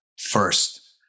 first